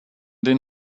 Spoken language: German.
den